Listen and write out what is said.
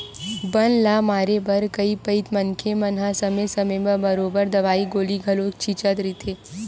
बन ल मारे बर कई पइत मनखे मन हा समे समे म बरोबर दवई गोली घलो छिंचत रहिथे